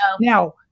Now